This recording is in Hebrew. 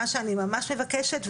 מה שאני ממש מבקשת,